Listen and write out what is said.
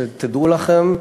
שתדעו לכם,